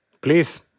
Please